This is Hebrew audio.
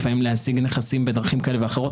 לפעמים להשיג נכסים בדרכים כאלה ואחרות